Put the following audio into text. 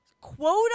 quote